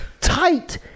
tight